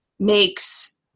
makes